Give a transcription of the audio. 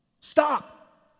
Stop